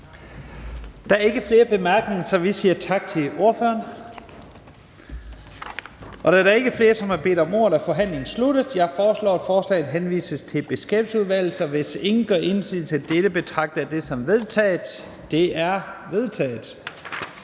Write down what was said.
Der er ikke flere korte bemærkninger, så vi siger tak til ordføreren. Da der ikke er flere, der bedt om ordet, er forhandlingen sluttet. Jeg foreslår, at forslaget til folketingsbeslutning henvises til Beskæftigelsesudvalget. Hvis ingen gør indsigelse, betragter jeg dette som vedtaget. Det er vedtaget.